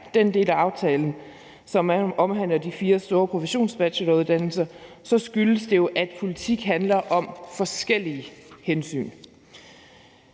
den del af aftalen, som omhandler de fire store professionsbacheloruddannelser, så skyldes det jo, at politik handler om forskellige hensyn.